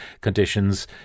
conditions